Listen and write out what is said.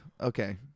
Okay